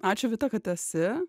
ačiū kad esi